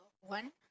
one